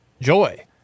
joy